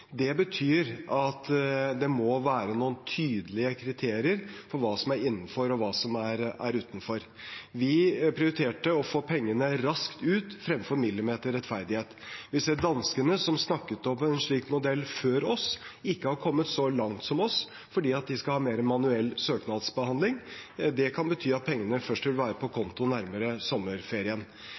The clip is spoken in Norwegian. Det betyr at det må være noen tydelige kriterier for hva som er innenfor, og hva som er utenfor. Vi prioriterte å få pengene raskt ut fremfor millimeterrettferdighet. Vi ser at danskene, som snakket om en slik modell før oss, ikke har kommet så langt som oss, fordi de skal ha mer manuell søknadsbehandling. Det kan bety at pengene først vil være på konto nærmere sommerferien.